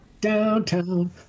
Downtown